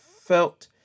felt